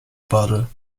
bottle